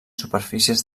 superfícies